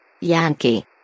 Yankee